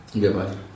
goodbye